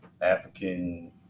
African